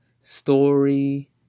story